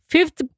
Fifth